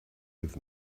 with